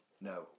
No